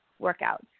workouts